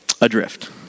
adrift